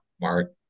Mark